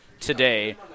today